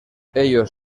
ellos